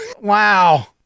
Wow